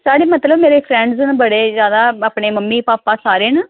मतलब कि फ्रेंड्स न सारे मेरे मम्मी भापा मतलब सारे न